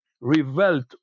revolt